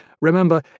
remember